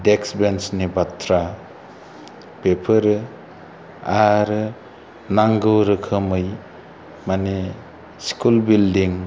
देक्स बेन्सनि बाथ्रा बेफोरो आरो नांगौ रोखोमै मानि स्कुल बिलदिं